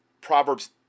Proverbs